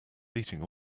beating